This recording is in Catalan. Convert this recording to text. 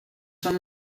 són